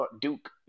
Duke